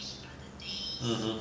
mmhmm